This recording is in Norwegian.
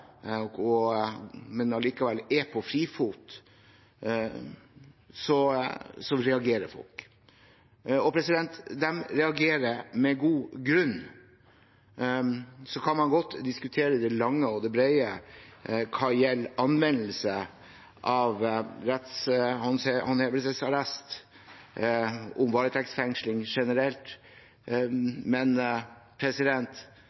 er på frifot, så reagerer folk. De reagerer med god grunn. Man kan godt diskutere, i det vide og det brede, anvendelsen av rettshåndhevelsesarrest og varetektsfengsling generelt,